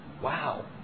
Wow